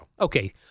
Okay